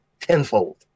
tenfold